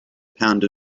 pound